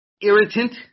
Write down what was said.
irritant